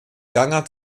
gangart